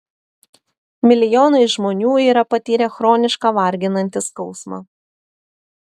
milijonai žmonių yra patyrę chronišką varginantį skausmą